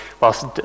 whilst